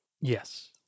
Yes